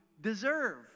deserve